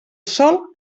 sol